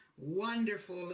wonderful